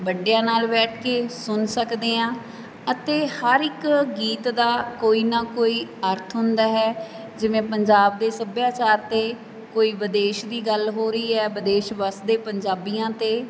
ਵੱਡਿਆਂ ਨਾਲ ਬੈਠ ਕੇ ਸੁਣ ਸਕਦੇ ਹਾਂ ਅਤੇ ਹਰ ਇੱਕ ਗੀਤ ਦਾ ਕੋਈ ਨਾ ਕੋਈ ਅਰਥ ਹੁੰਦਾ ਹੈ ਜਿਵੇਂ ਪੰਜਾਬ ਦੇ ਸੱਭਿਆਚਾਰ 'ਤੇ ਕੋਈ ਵਿਦੇਸ਼ ਦੀ ਗੱਲ ਹੋ ਰਹੀ ਹੈ ਵਿਦੇਸ਼ ਵੱਸਦੇ ਪੰਜਾਬੀਆਂ 'ਤੇ